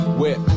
Whip